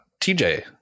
TJ